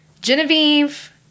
Genevieve